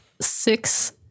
six